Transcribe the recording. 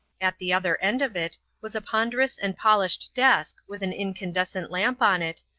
at the other end of it was a ponderous and polished desk with an incandescent lamp on it,